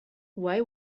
why